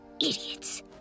Idiots